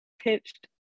pitched